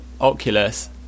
oculus